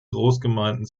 großgemeinden